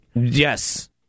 Yes